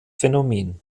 phänomen